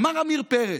אמר עמיר פרץ,